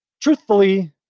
Truthfully